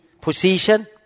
position